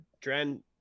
Dren